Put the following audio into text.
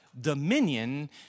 Dominion